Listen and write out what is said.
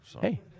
Hey